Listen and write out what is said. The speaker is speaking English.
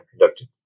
conducted